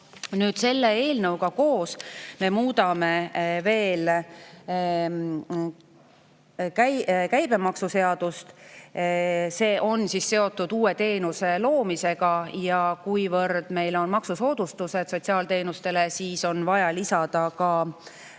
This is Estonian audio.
Selle eelnõu kohaselt me muudame veel käibemaksuseadust, see on seotud uue teenuse loomisega. Kuivõrd meil on maksusoodustused sotsiaalteenustele, on vaja lisada ka